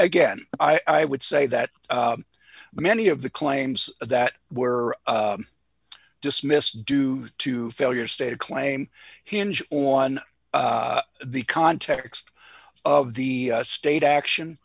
again i would say that many of the claims that were dismissed due to failure state of claim hinge on the context of the state action